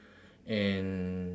and